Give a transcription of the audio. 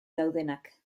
daudenak